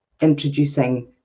introducing